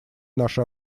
наше